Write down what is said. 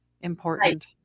important